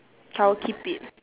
I'll keep it